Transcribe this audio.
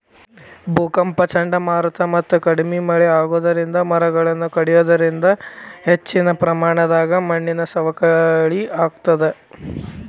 ಭೂಕಂಪ ಚಂಡಮಾರುತ ಮತ್ತ ಕಡಿಮಿ ಮಳೆ ಆಗೋದರಿಂದ ಮರಗಳನ್ನ ಕಡಿಯೋದರಿಂದ ಹೆಚ್ಚಿನ ಪ್ರಮಾಣದಾಗ ಮಣ್ಣಿನ ಸವಕಳಿ ಆಗ್ತದ